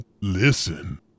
listen